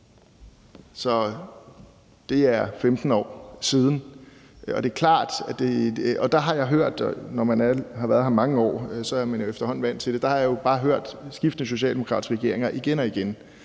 men der har jeg jo bare hørt skiftende socialdemokratiske regeringer igen og igen